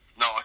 no